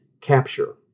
capture